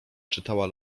czytała